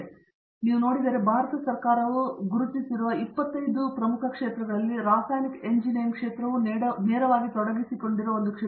ಆದ್ದರಿಂದ ನೀವು ನೋಡಿದರೆ ಭಾರತ ಸರ್ಕಾರವು ಗುರುತಿಸಿರುವ 25 ಕ್ಷೇತ್ರಗಳಲ್ಲಿ ರಾಸಾಯನಿಕ ಎಂಜಿನಿಯರಿಂಗ್ ನೇರವಾಗಿ ತೊಡಗಿಸಿಕೊಂಡಿರುವ ಕ್ಷೇತ್ರ